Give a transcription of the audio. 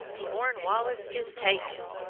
cornwallis is taken!